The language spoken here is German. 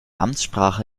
amtssprache